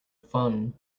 fun